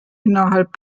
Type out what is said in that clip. innerhalb